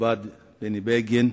המכובד בני בגין,